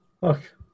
Look